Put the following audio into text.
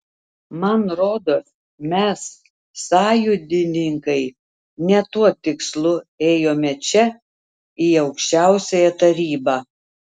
man rodos mes sąjūdininkai ne tuo tikslu ėjome čia į aukščiausiąją tarybą